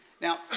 Now